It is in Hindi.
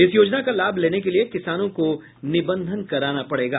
इस योजना का लाभ लेने के लिये किसानों को निबंधन कराना पड़ेगा